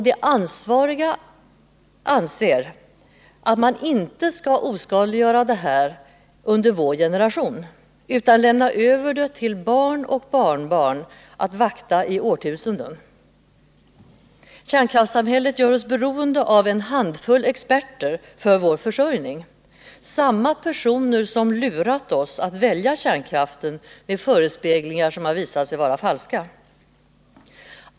De ansvariga anser att man inte skall oskadliggöra detta avfall i vår generation utan lämna över det till barn och barnbarn att vakta i årtusenden. Kärnkraftssamhället gör oss beroende av en handfull experter för vår försörjning — samma personer som lurat oss att välja kärnkraften, med förespeglingar som visat sig vara falska.